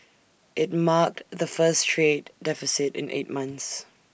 IT marked the first trade deficit in eight months